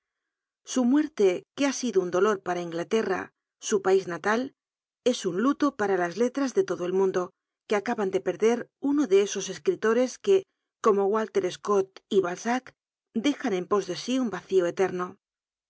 su muerte que ha sido un dolor para inglaterm su pais natal es un lulo para las let ras de lodo el mundo que acaban de perder uno de esos escritores que como aller scott y balzac dejan en pos de si un racio etemo